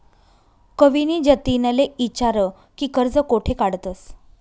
कविनी जतिनले ईचारं की कर्ज कोठे काढतंस